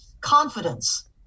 confidence